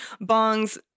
bong's